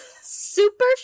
Super